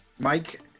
Mike